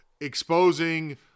exposing